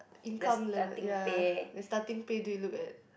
income level ya the starting pay do you look at